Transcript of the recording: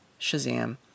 Shazam